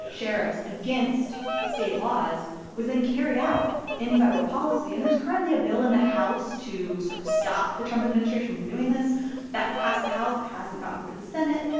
sheriffs against state laws was then carried out in federal policy. and there's currently a bill in the house to sort of stop the trump administration from doing this that passed the house. it hasn't gotten through the senate.